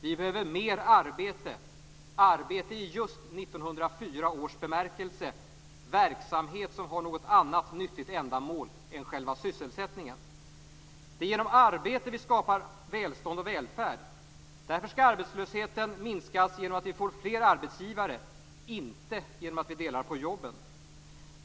Vi behöver mer arbete - arbete just i 1904 års bemärkelse: verksamhet som har något annat nyttigt ändamål än själva sysselsättningen. Det är genom arbete som vi skapar välstånd och välfärd. Därför skall arbetslösheten minskas genom att vi får fler arbetsgivare, inte genom att vi delar på jobben.